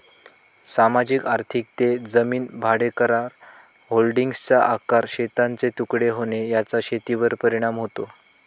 सामाजिक आर्थिक ते जमीन भाडेकरार, होल्डिंग्सचा आकार, शेतांचे तुकडे होणे याचा शेतीवर परिणाम होतो